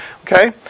Okay